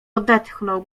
odetchnął